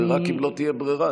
רק אם לא תהיה ברירה,